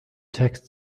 text